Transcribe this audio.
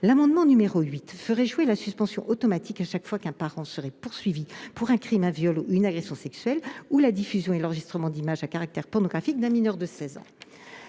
L'amendement n° 8 rectifié vise à rendre cette suspension automatique chaque fois qu'un parent est poursuivi pour un crime, un viol, une agression sexuelle ou la diffusion et l'enregistrement d'images à caractère pornographique d'un mineur de 16 ans.